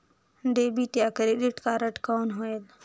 Debit या credit card कौन होएल?